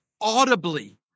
audibly